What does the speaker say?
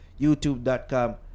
youtube.com